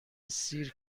سیر